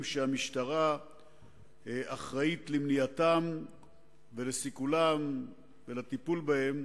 שהמשטרה אחראית למניעתם ולסיכולם ולטיפול בהם.